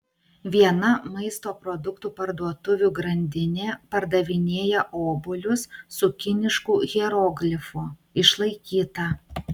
viena maisto produktų parduotuvių grandinė pardavinėja obuolius su kinišku hieroglifu išlaikyta